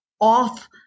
off